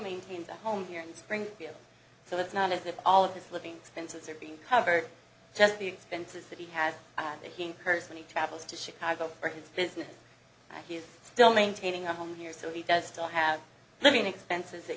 maintains a home here in the spring so it's not as if all of this living expenses are being covered just the expenses that he has making person he travels to chicago for his business is still maintaining a home here so he does still have living expenses that